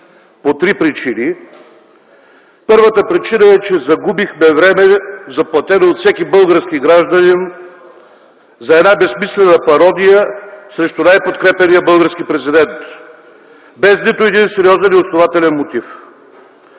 по три причини. Първата причина е, че загубихме време, заплатено от всеки български гражданин, за една безсмислена пародия срещу най-подкрепяния български президент без нито един сериозен и основателен мотив.